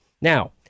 Now